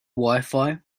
wifi